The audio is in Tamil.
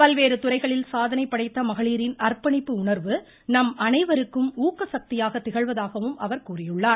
பல்வேறு துறைகளில் சாதனை படைத்த மகளிரின் அர்ப்பணிப்பு உணர்வு நம் அனைவருக்கும் ஊக்கசக்தியாக திகழ்வதாகவும் அவர் கூறியுள்ளார்